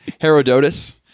Herodotus